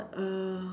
uh